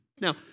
Now